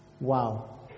Wow